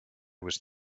was